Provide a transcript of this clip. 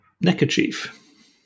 neckerchief